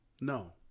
no